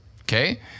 Okay